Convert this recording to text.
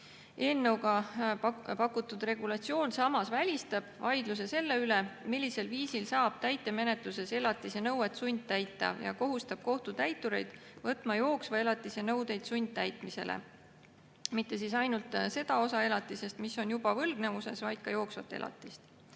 Eelnõuga pakutud regulatsioon samas välistab vaidluse selle üle, millisel viisil saab täitemenetluses elatisenõuet sundtäita, ja kohustab kohtutäitureid võtma jooksva elatise nõudeid sundtäitmisele, mitte ainult seda osa elatisest, mis on juba võlgnevuses, vaid ka jooksvat elatist.